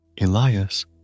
Elias